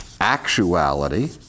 actuality